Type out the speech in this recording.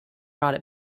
brought